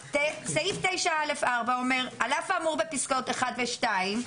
סעיף 9א(4) אומר: "על אף האמור בפסקאות (1) ו-(2),